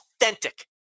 authentic